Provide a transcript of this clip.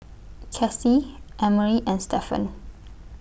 Kasie Emery and Stevan